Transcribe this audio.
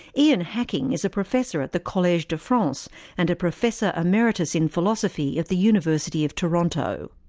ian hacking is a professor at the college de france and a professor emeritus in philosophy at the university of toronto.